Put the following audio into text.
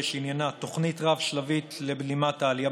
שעניינה תוכנית רב-שלבית לבלימת העלייה